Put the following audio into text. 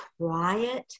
quiet